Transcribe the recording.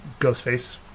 Ghostface